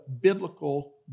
biblical